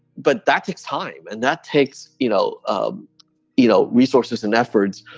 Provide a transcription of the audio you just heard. but that takes time and that takes you know ah you know resources and efforts.